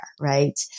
right